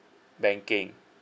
banking